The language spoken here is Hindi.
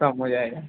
कम हो जाएगा